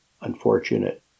unfortunate